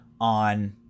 On